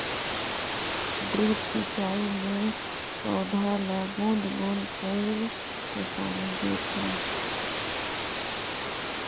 drip सिंचई मे पउधा ल बूंद बूंद कईर के पानी देथे